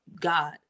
God